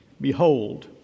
behold